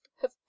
Have